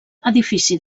edifici